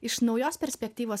iš naujos perspektyvos